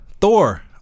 Thor